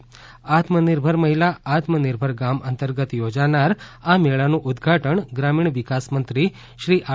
આત્મનિર્ભર મહિલા આત્મનિર્ભર ગામ અંતર્ગત યોજાનાર આ મેળાનું ઉદઘાટન ગ્રામીણ વિકાસ મંત્રી શ્રી આર